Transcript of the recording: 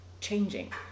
changing